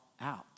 out